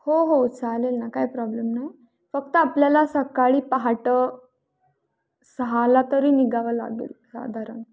हो हो चालेल ना काही प्रॉब्लेम नाही फक्त आपल्याला सकाळी पहाटे सहाला तरी निघावं लागेल साधारण